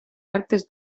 artes